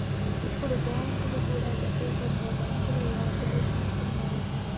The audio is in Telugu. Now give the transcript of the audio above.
ఇప్పుడు బ్యాంకులు కూడా ప్రత్యేకంగా బ్యాంకుల యాప్ లు తెస్తండాయి